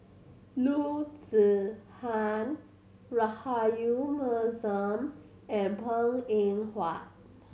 Loo Zihan Rahayu Mahzam and Png Eng Huat